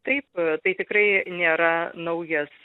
taip tai tikrai nėra naujas